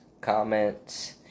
comments